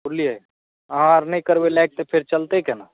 बुझलियै अहाँ आओर नहि करबै लाइक तऽ फेर चलतै केना